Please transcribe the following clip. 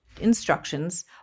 instructions